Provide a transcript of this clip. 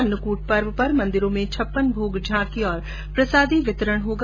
अन्नकूट पर्व पर मन्दिरों पर छप्पन भोग झांकी और प्रसादी वितरण होगा